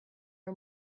are